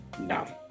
no